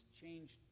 changed